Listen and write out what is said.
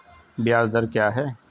ब्याज दर क्या है?